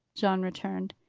john returned.